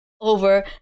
over